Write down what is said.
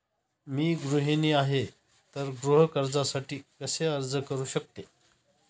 मी गृहिणी आहे तर गृह कर्जासाठी कसे अर्ज करू शकते?